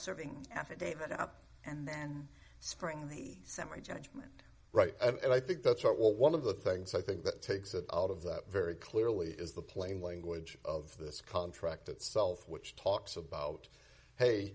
serving affidavit up and then spring the summary judgment right and i think that's one of the things i think that takes it out of that very clearly is the plain language of this contract itself which talks about hey